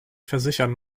versichern